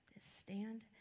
stand